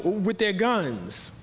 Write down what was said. with their guns,